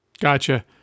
Gotcha